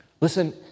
Listen